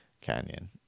Canyon